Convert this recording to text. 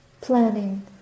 planning